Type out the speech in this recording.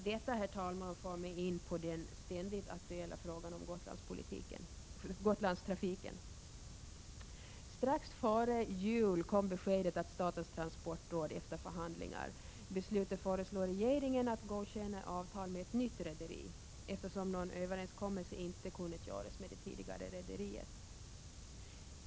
Detta, herr talman, för mig in på den ständigt aktuella frågan om Gotlandstrafiken. Strax före jul kom beskedet att statens transportråd efter förhandlingar beslutat föreslå regeringen att godkänna avtal med ett nytt rederi, eftersom någon överenskommelse inte kunnat göras med det tidigare rederiet.